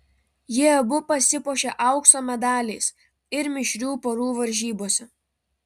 jie abu pasipuošė aukso medaliais ir mišrių porų varžybose